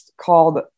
called